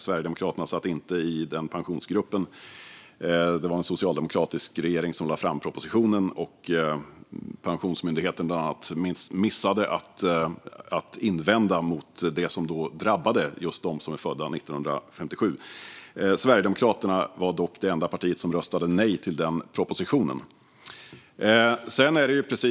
Sverigedemokraterna satt inte med i Pensionsgruppen, utan det var en socialdemokratisk regering som lade fram propositionen, då bland andra Pensionsmyndigheten missade att invända mot det som drabbade dem som är födda 1957. Sverigedemokraterna var det enda parti som röstade nej till propositionen.